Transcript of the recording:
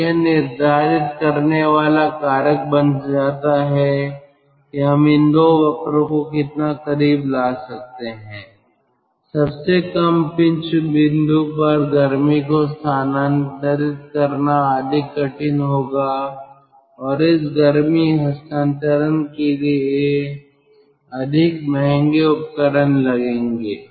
तो यह निर्धारित करने वाला कारक बन जाता है कि हम इन 2 वक्रो को कितना करीब ला सकते हैं सबसे कम पिंच बिंदु पर गर्मी को स्थानांतरित करना अधिक कठिन होगा और इस गर्मी हस्तांतरण के लिए अधिक महंगे उपकरण लगेंगे